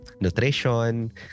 nutrition